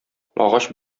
агач